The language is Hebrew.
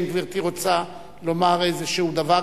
האם גברתי רוצה לומר איזשהו דבר?